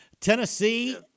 Tennessee